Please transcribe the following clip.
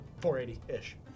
480-ish